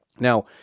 Now